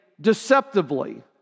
deceptively